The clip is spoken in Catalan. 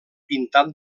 pintat